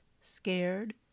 scared